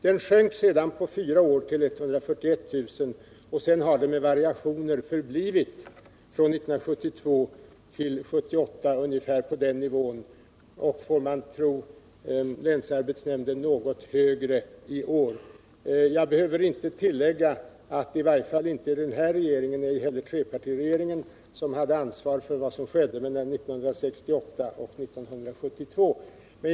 Den sjönk sedan på fyra år till 141 000, och sedan har den från 1972 till 1978 med variationer förblivit på den nivån — enligt länsarbetsnämnden är den för i år något högre. Jag behöver inte tillägga att det i varje fall inte var den nuvarande regeringen och inte heller trepartiregeringen som hade ansvaret för vad som skedde mellan åren 1968 och 1972.